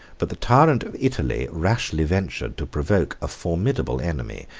but the tyrant of italy rashly ventured to provoke a formidable enemy,